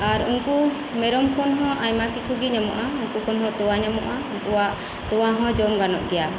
ᱟᱨ ᱩᱱᱠᱩ ᱢᱮᱨᱚᱢ ᱠᱷᱚᱱ ᱦᱚᱸ ᱟᱭᱢᱟᱠᱤᱪᱦᱜᱤ ᱧᱟᱢᱚᱜᱼᱟ ᱩᱱᱠᱩᱠᱷᱚᱱ ᱦᱚᱸ ᱛᱚᱣᱟ ᱧᱟᱢᱚᱜᱼᱟ ᱩᱱᱠᱩᱣᱟᱜ ᱛᱚᱣᱟᱦᱚᱸ ᱡᱚᱢ ᱜᱟᱱᱚᱜ ᱜᱮᱭᱟ